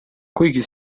kuigi